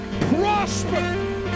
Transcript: prosper